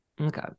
okay